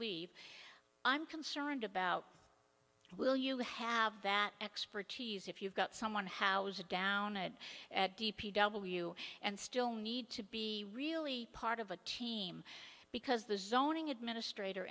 leave i'm concerned about will you have that expertise if you've got someone housed down and d p w and still need to be really part of a team because the zoning administrator